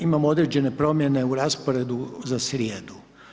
Imamo određene promjene u rasporedu za srijedu.